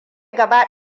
gaba